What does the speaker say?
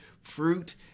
fruit